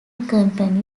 company